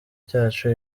cyacu